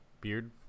beard